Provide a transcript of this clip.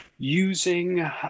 Using